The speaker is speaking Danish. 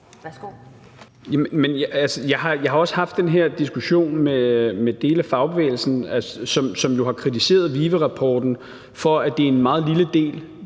Jeg har også haft den her diskussion med dele af fagbevægelsen, som jo har kritiseret VIVE-rapporten for, at det er en meget lille del,